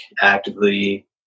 actively